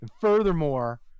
furthermore